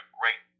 great